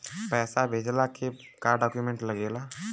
पैसा भेजला के का डॉक्यूमेंट लागेला?